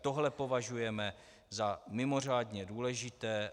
Tohle považujeme za mimořádně důležité.